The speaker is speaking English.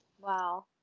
Wow